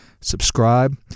Subscribe